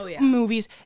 movies